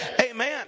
Amen